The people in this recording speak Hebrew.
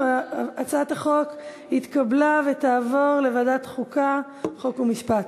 הצעת החוק התקבלה ותעבור לוועדת החוקה, חוק ומשפט.